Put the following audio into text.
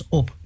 op